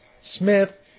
Smith